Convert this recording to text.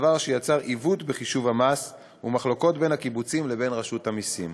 והדבר יצר עיוות בחישוב המס ומחלוקות בין הקיבוצים לבין רשות המסים